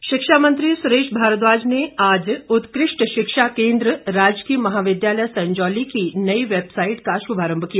भारद्वाज शिक्षा मंत्री सुरेश भारद्वाज ने आज उत्कृष्ट शिक्षा केंद्र राजकीय महाविद्यालय संजौली की नई वैबसाईट का श्भारम्भ किया